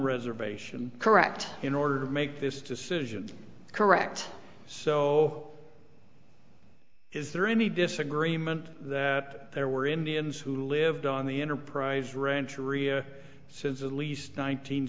reservation correct in order to make this decision correct so is there any disagreement that there were indians who lived on the enterprise ranch urrea since at least nine